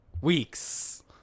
weeks